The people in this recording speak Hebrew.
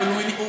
אבל הוא,